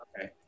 Okay